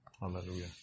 Hallelujah